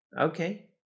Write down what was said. Okay